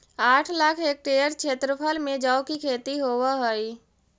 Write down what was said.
आठ लाख हेक्टेयर क्षेत्रफल में जौ की खेती होव हई